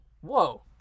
Whoa